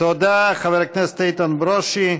תודה, חבר הכנסת איתן ברושי.